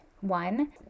one